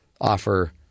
offer